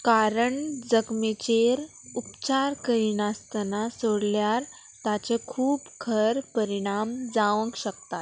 कारण जखमेचेर उपचार करिनासतना सोडल्यार ताचे खूब खर परिणाम जावंक शकतात